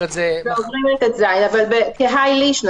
אבל כהאי לישנא,